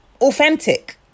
authentic